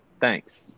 Thanks